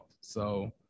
So-